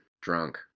drunk